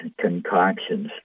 concoctions